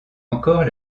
encore